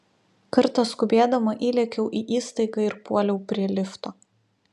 kartą skubėdama įlėkiau į įstaigą ir puoliau prie lifto